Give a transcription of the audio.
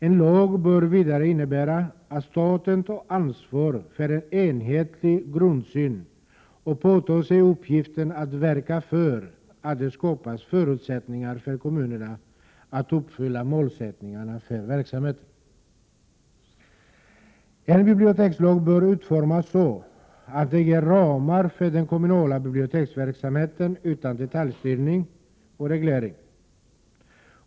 En lag bör vidare innebära att staten tar ansvar för en enhetlig grundsyn och påtar sig uppgiften att verka för att det skapas förutsättningar för kommunerna att uppfylla målsättningarna för verksamheten. En bibliotekslag bör utformas så att den ger ramar för den kommunala biblioteksverksamheten utan detaljstyrning och reglering.